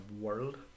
world